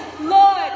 Lord